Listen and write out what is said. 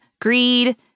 greed